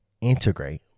integrate